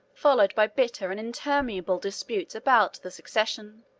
followed by bitter and interminable disputes about the succession.